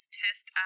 test